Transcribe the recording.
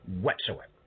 whatsoever